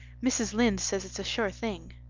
mrs. lynde says it's a sure thing.